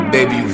Baby